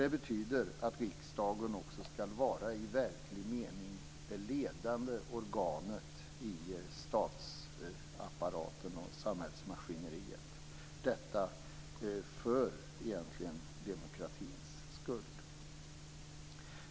Det betyder att riksdagen också i verklig mening skall vara det ledande organet i statsapparaten och samhällsmaskineriet - för demokratins skull.